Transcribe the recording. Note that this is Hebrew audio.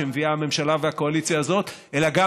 שמביאות הממשלה והקואליציה הזאת אלא גם